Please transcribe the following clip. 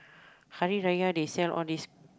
Hari-Raya they sell all these